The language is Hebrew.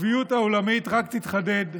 הקוטביות העולמית רק תתחדד,